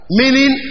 meaning